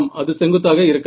அது செங்குத்தாக இருக்காது